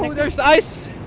like there's ice